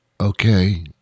okay